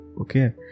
okay